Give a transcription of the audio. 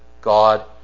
God